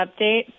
update